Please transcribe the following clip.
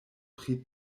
pri